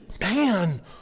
Man